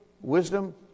Wisdom